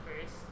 first